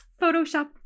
Photoshop